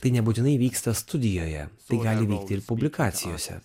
tai nebūtinai vyksta studijoje tai gali ir publikacijose